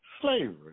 slavery